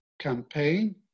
campaign